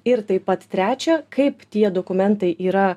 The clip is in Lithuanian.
ir taip pat trečia kaip tie dokumentai yra